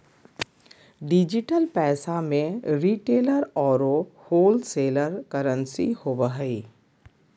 digital पैसा में retailer औरो होलसेलर करंसी होवो हइ